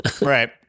right